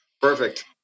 Perfect